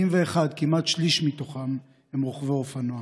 41, כמעט שליש מתוכם, הם רוכבי אופנוע.